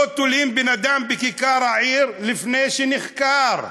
לא תולים בן-אדם בכיכר העיר לפני שנחקר.